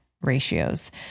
ratios